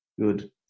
Good